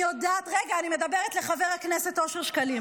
רגע, אני מדברת עם חבר הכנסת אושר שקלים.